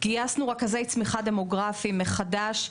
גייסנו רכזי צמיחה דמוגרפיים מחדש,